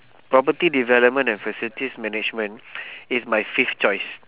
property development and facilities management is my fifth choice